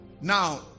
Now